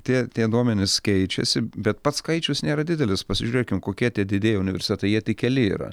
tie tie duomenys keičiasi bet pats skaičius nėra didelis pasižiūrėkim kokie tie didieji universitetai jie tik keli yra